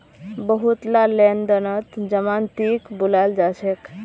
बहुतला लेन देनत जमानतीक बुलाल जा छेक